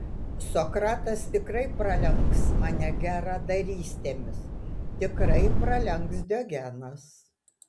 sokratas tikrai pralenks mane geradarystėmis tikrai pralenks diogenas